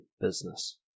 business